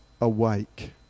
awake